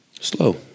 slow